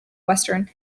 western